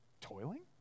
Toiling